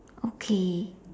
okay